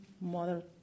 mother